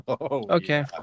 Okay